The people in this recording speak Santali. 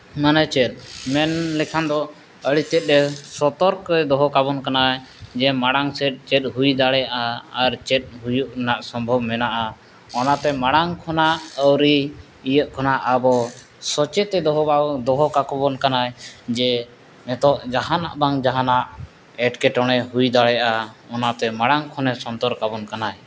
ᱢᱟᱱᱮ ᱪᱮᱫ ᱢᱮᱱ ᱞᱮᱠᱷᱟᱱ ᱫᱚ ᱟᱹᱰᱤ ᱛᱮᱫᱼᱮ ᱥᱚᱛᱚᱨᱠᱚᱭ ᱫᱚᱦᱚ ᱠᱟᱵᱚᱱ ᱠᱟᱱᱟᱭ ᱡᱮ ᱢᱟᱲᱟᱝ ᱥᱮᱫ ᱪᱮᱫ ᱦᱩᱭ ᱫᱟᱲᱮᱭᱟᱜᱼᱟ ᱟᱨ ᱪᱮᱫ ᱦᱩᱭᱩᱜ ᱨᱮᱱᱟᱜ ᱥᱚᱢᱵᱷᱚᱵ ᱢᱮᱱᱟᱜᱼᱟ ᱚᱱᱟᱛᱮ ᱢᱟᱲᱟᱝ ᱠᱷᱚᱱᱟᱜ ᱟᱹᱣᱨᱤ ᱤᱭᱟᱹᱜ ᱠᱷᱚᱱᱟᱜ ᱟᱵᱚ ᱥᱚᱪᱮᱫ ᱮ ᱫᱚᱦᱚ ᱫᱚᱦᱚ ᱠᱟᱵᱚᱱ ᱠᱟᱱᱟᱭ ᱡᱮ ᱱᱤᱛᱚᱜ ᱡᱟᱦᱟᱱᱟᱜ ᱵᱟᱝ ᱡᱟᱦᱟᱱᱜ ᱮᱴᱠᱮᱴᱚᱬᱮ ᱦᱩᱭ ᱫᱟᱲᱮᱭᱟᱜᱼᱟ ᱚᱱᱟᱛᱮ ᱢᱟᱲᱟᱝ ᱠᱷᱚᱱᱮ ᱥᱚᱱᱛᱚᱨ ᱠᱟᱵᱚᱱ ᱠᱟᱱᱟᱭ